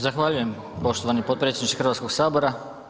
Zahvaljujem poštovani potpredsjedniče Hrvatskog sabora.